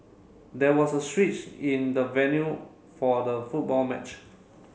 there was a switch in the venue for the football match